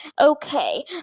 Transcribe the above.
Okay